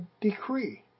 decree